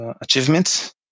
achievements